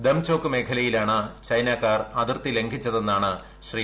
ദംചോക് മേഖലയിലാണ് ചൈനക്കാർ അതിർത്തി ലംഘിച്ചതെന്നാണ് ശ്രീ